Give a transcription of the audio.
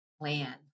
plan